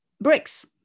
Bricks